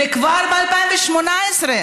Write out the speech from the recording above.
וכבר ב-2018.